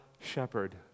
shepherd